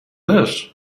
this